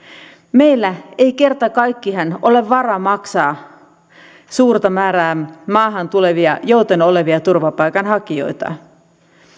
meillä ei kerta kaikkiaan ole varaa maksaa suurta määrää maahan tulevia jouten olevia turvapaikanhakijoita